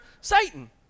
Satan